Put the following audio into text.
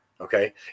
okay